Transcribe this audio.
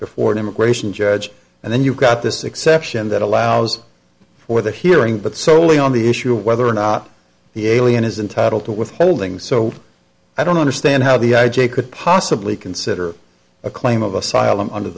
before an immigration judge and then you've got this exception that allows for the hearing but solely on the issue of whether or not the alien is entitle to withholding so i don't understand how the i j a could possibly consider a claim of asylum under